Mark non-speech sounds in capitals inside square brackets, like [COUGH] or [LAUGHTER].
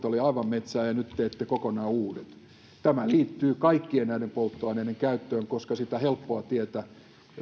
[UNINTELLIGIBLE] oli aivan metsään ja nyt teette kokonaan uudet tämä liittyy kaikkien näiden polttoaineiden käyttöön koska sitä helppoa tietä